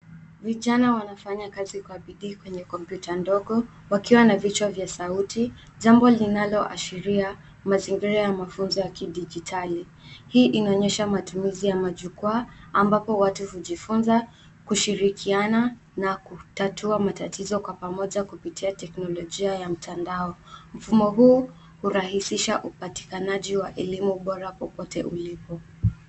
Vijana wanafanya kazi kwa bidii kwenye kompyuta ndogo wakiwa na vichwa vya sauti; jambo linaloashiria mazingira ya mafunzo ya kidijitali. Hii inaonyesha matumizi ya majukwaa ambapo watu hujifunza kushirikiana na kutatua matatizo kwa pamoja kupitia teknolojia ya mtandao. Mfumo huu hurahisisha upatikanaji wa elimu bora popote ulipo.